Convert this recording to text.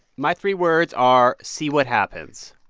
my three words are see what happens.